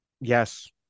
yes